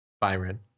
Byron